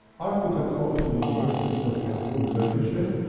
i put a call to the university, because we had a good relationship.